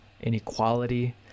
inequality